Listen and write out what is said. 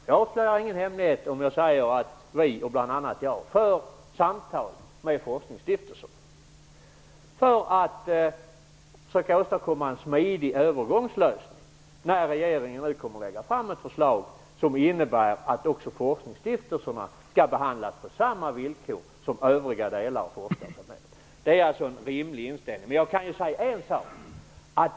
Jag avslöjar ingen hemlighet om jag säger att bl.a. jag själv för samtal med forskningsstiftelser för att försöka åstadkomma en smidig övergångslösning när regeringen nu kommer att lägga fram ett förslag som innebär att också forskningsstiftelserna skall behandlas på samma villkor som övriga delar av forskarsamhället. Det är en rimlig inställning. Men jag kan säga en sak.